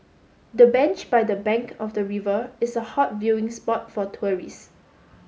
the bench by the bank of the river is a hot viewing spot for tourists